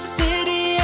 city